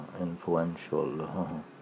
influential